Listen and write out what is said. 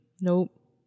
nope